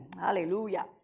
Hallelujah